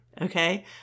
Okay